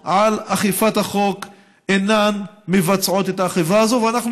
על אכיפת החוק אינן מבצעת את האכיפה הזאת.